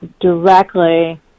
directly